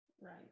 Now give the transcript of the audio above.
Right